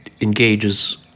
engages